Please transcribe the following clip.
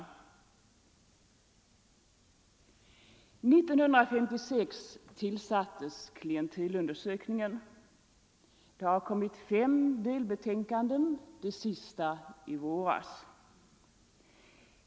1956 tillsattes klientelundersökningen. Det har kommit fem delbetänkanden, det sista i våras.